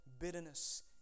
bitterness